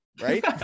right